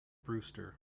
brewster